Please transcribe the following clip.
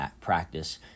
practice